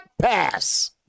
Pass